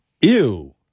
Ew